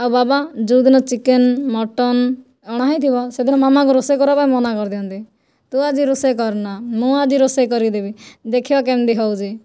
ଆଉ ବାବା ଯେଉଁଦିନ ଚିକେନ ମଟନ ଅଣା ହୋଇଥିବ ସେହିଦିନ ମାମାକୁ ରୋଷେଇ କରିବାପାଇଁ ମନା କରିଦିଅନ୍ତି ତୁ ଆଜି ରୋଷେଇ କରନା ମୁଁ ଆଜି ରୋଷେଇ କରିକି ଦେବି ଦେଖିବା କେମିତି ହେଉଛି